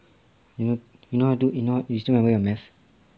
you you know how to do you know you still rememeber your math